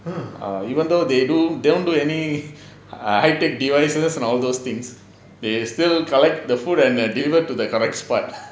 err even though they do they don't do any high technology devices and all those things they still collect the food and delivered to the correct spot